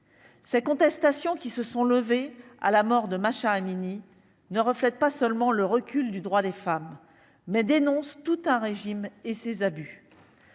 Ces contestations qui se sont levés à la mort de Masha Amini ne reflète pas seulement le recul du droit des femmes, mais dénonce tout un régime et ses abus